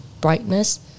brightness